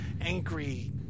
angry